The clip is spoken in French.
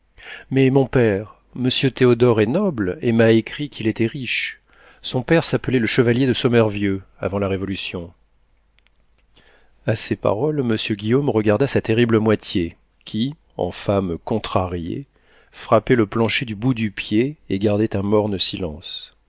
mais mon père monsieur théodore est noble et m'a écrit qu'il était riche son père s'appelait le chevalier de sommervieux avant la révolution a ces paroles monsieur guillaume regarda sa terrible moitié qui en femme contrariée frappait le plancher du bout du pied et gardait un morne silence